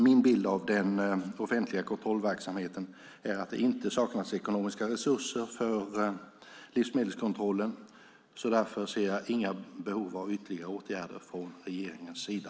Min bild av den offentliga kontrollverksamheten är att det inte saknas ekonomiska resurser för livsmedelskontrollen, och därför ser jag inga behov av ytterligare åtgärder från regeringens sida.